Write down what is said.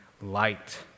light